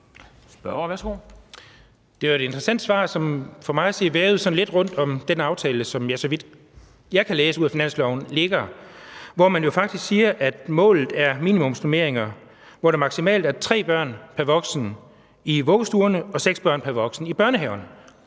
Det var et interessant svar, som for mig at se vævede sådan lidt rundt om den aftale, som ligger – så vidt jeg kan læse ud af finansloven – og hvor man jo faktisk siger, at målet er minimumsnormeringer, hvor der maksimalt er tre børn pr. voksen i vuggestuerne og seks børn pr. voksen i børnehaverne.